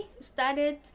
started